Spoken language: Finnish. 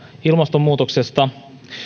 ilmastonmuutoksesta